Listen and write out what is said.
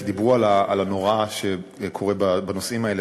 כי דיברו על הנורא שקורה בנושאים האלה